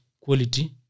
quality